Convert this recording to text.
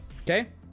okay